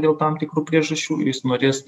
dėl tam tikrų priežasčių jis norės